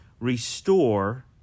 Restore